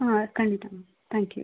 ಹಾಂ ಖಂಡಿತ ma'am thank you